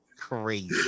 Crazy